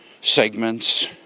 segments